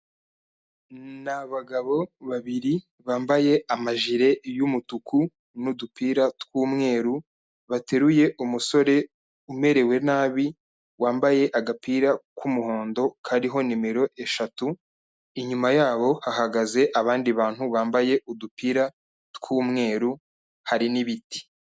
Ni abagabo babiri bambaye amajire y'umutuku n'udupira tw'umweru bateruye umusore umerewe nabi wambaye agapira k'umuhondo kariho nimero eshatu. Inyuma yabo hahagaze abandi bantu bambaye udupira tw'umweru, hari n'ibiti.